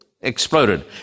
Exploded